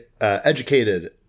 educated